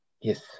Yes